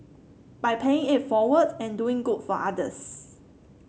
by paying it forward and doing good for others